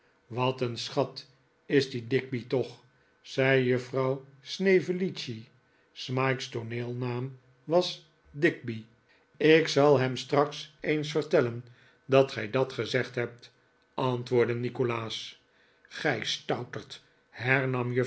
wat een schat is die digby toch zei juffrouw snevellicci smike's tooneelnaam was digby ik zal hem straks eens vertellen dat gij dat gezegd hebt antwoordde nikolaas gij stouterd